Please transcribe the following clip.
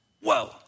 Whoa